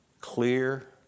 clear